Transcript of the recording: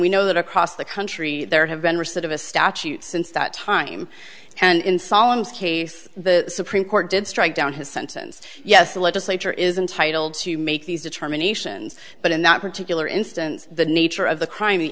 we know that across the country there have been receipt of a statute since that time and in psalms case the supreme court did strike down his sentence yes the legislature is entitled to make these determinations but in that particular instance the nature of the crime the